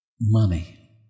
money